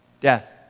Death